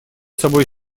собой